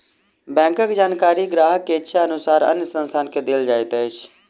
बैंकक जानकारी ग्राहक के इच्छा अनुसार अन्य संस्थान के देल जाइत अछि